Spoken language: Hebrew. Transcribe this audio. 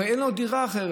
הרי אין לו דירה אחרת.